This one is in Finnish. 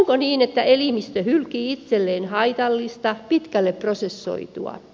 onko niin että elimistö hylkii itselleen haitallista pitkälle prosessoitua